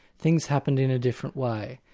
things happened in a different way.